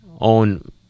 own